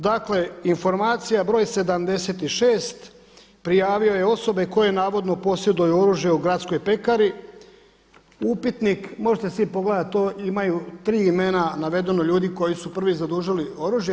Dakle, informacija broj 76. prijavio je osobe koje navodno posjeduju oružje u gradskoj pekari upitnik, možete si pogledati to imaju tri imena navedeno ljudi koji su prvi zadužili oružje.